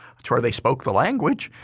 that's where they spoke the language.